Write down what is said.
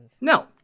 No